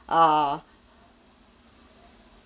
err